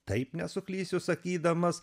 taip nesuklysiu sakydamas